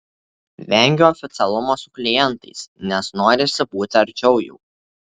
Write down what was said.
vengiu oficialumo su klientais nes norisi būti arčiau jų